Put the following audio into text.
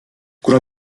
kuna